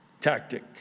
tactic